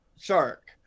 shark